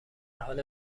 حال